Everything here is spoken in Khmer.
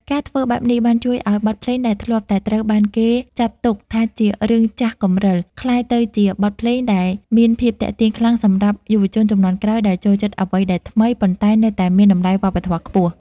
ការធ្វើបែបនេះបានជួយឱ្យបទភ្លេងដែលធ្លាប់តែត្រូវបានគេចាត់ទុកថាជារឿងចាស់គំរឹល ក្លាយទៅជាបទភ្លេងដែលមានភាពទាក់ទាញខ្លាំងសម្រាប់យុវជនជំនាន់ក្រោយ ដែលចូលចិត្តអ្វីដែលថ្មី ប៉ុន្តែនៅតែមានតម្លៃវប្បធម៌ខ្ពស់។